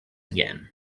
again